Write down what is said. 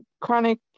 chronic